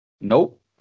Nope